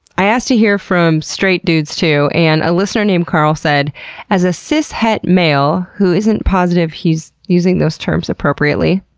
i asked to hear from straight dudes too, and a listener named karl said as a cis-het male, who isn't positive he's using those terms appropriately,